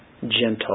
gentle